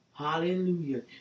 Hallelujah